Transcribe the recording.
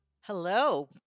Hello